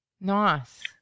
Nice